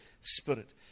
spirit